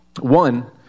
One